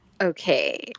Okay